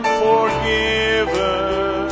forgiven